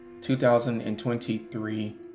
2023